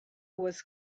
was